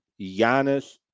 Giannis